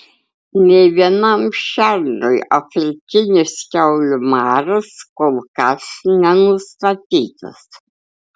nė vienam šernui afrikinis kiaulių maras kol kas nenustatytas